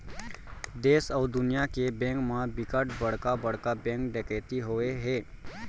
देस अउ दुनिया के बेंक म बिकट बड़का बड़का बेंक डकैती होए हे